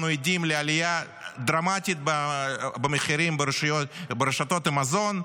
אנו עדים לעלייה דרמטית במחירים ברשתות המזון,